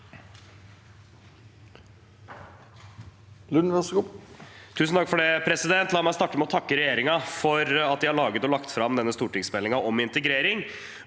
Lund (R) La meg starte med å takke regjeringen for at de har laget og lagt fram denne stortingsmeldingen om integrering.